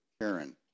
Karen